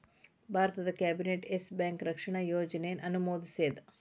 ಭಾರತದ್ ಕ್ಯಾಬಿನೆಟ್ ಯೆಸ್ ಬ್ಯಾಂಕ್ ರಕ್ಷಣಾ ಯೋಜನೆಯನ್ನ ಅನುಮೋದಿಸೇದ್